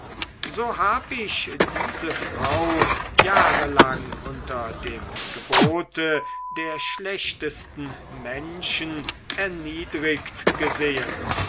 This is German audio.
so hab ich diese frau jahrelang unter dem gebote der schlechtesten menschen erniedrigt gesehen